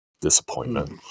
disappointment